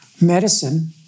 medicine